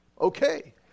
okay